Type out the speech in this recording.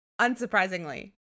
unsurprisingly